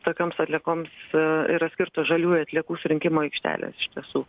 tokioms atliekoms yra skirta žaliųjų atliekų surinkimo aikštelės iš tiesų